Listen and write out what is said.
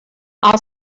all